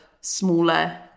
smaller